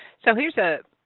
so here's ah